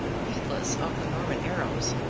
heedless of the norman arrows,